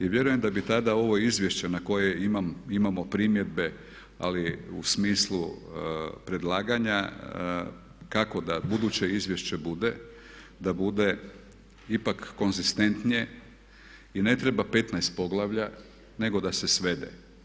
I vjerujem da bi tada ovo izvješće na koje imamo primjedbe ali u smislu predlaganja kako da buduće izvješće bude, da bude ipak konzistentnije i ne treba 15 poglavlja nego da se svede.